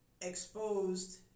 exposed